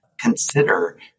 consider